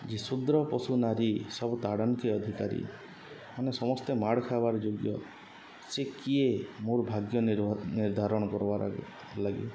ଯେ ଶୂଦ୍ର ପଶୁ ନାରୀ ସବୁ ତାଡ଼ନ୍କେ ଅଧିକାରୀ ମାନେ ସମସ୍ତେ ମାଡ଼୍ ଖାଏବାର୍ ଯୋଗ୍ୟ ସେ କିଏ ମୋର୍ ଭାଗ୍ୟ ନିର୍ଦ୍ଧାରଣ୍ କର୍ବାର୍ ଲାଗି